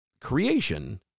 creation